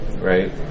Right